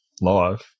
live